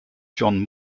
john